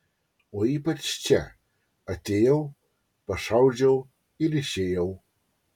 o ypač čia atėjau pašaudžiau ir išėjau